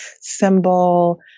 symbol